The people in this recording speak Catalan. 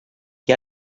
qui